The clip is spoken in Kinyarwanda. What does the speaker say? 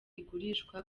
igurishwa